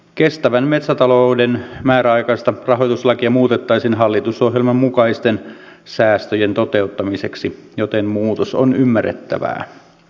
kestävän metsätalouden määräaikaista rahoituslakia muutettaisiin hallitusohjelman mukaisten säästöjen toteuttamiseksi joten muutos on ymmärrettävä